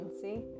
see